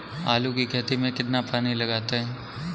आलू की खेती में कितना पानी लगाते हैं?